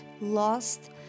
lost